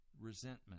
resentment